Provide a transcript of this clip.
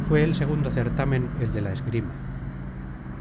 fué el segundo certámen el de la esgrima